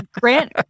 Grant